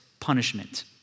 punishment